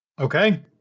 Okay